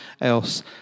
else